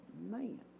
Man